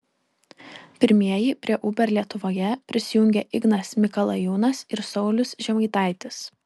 pirmieji prie uber lietuvoje prisijungė ignas mikalajūnas ir saulius žemaitaitis